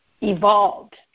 evolved